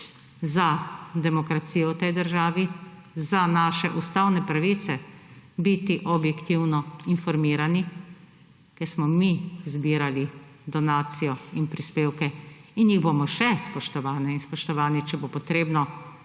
za demokracijo v tej državi, za naše ustavne pravice biti objektivno informirani, ker smo mi zbirali donacijo in prispevke in jih bomo še, spoštovane in spoštovani, če bo potrebno,